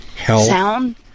Sound